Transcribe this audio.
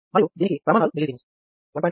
మరియు దీనికి ప్రమాణాలు మిల్లి సీమెన్స్